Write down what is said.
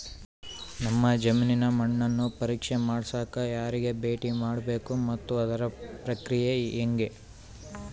ನಮ್ಮ ಜಮೇನಿನ ಮಣ್ಣನ್ನು ಪರೇಕ್ಷೆ ಮಾಡ್ಸಕ ಯಾರಿಗೆ ಭೇಟಿ ಮಾಡಬೇಕು ಮತ್ತು ಅದರ ಪ್ರಕ್ರಿಯೆ ಹೆಂಗೆ?